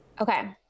okay